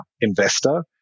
investor